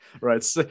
right